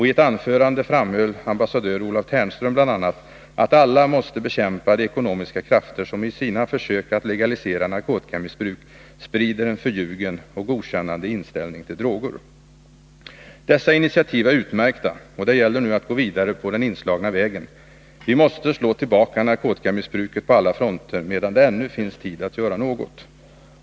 I ett anförande framhöll ambassadör Olov Ternström bl.a. att alla måste bekämpa de ekonomiska krafter som i sina försök att legalisera narkotikamissbruk sprider en förljugen och godkännande inställning till droger. Dessa initiativ är utmärkta. Det gäller nu att gå vidare på den inslagna vägen. Vi måste slå tillbaka narkotikamissbruket på alla fronter — medan det ännu finns tid att göra det.